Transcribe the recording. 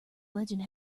legend